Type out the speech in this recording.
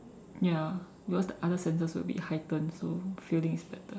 ya because the other senses would be heightened so feeling is better